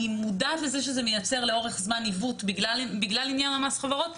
אני מודעת לזה שזה מייצר לאורך זמן עיוות בגלל עניין מס החברות.